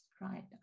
Right